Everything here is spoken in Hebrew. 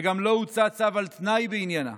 וגם לא הוצא צו על תנאי בעניינה.